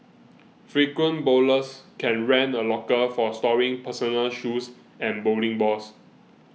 frequent bowlers can rent a locker for storing personal shoes and bowling balls